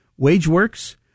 WageWorks